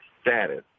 status